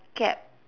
gap